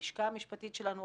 הלשכה המשפטית שלנו,